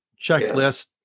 checklist